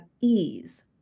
ease